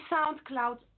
SoundCloud